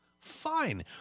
Fine